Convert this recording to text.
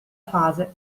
fase